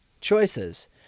choices